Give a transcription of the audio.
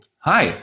hi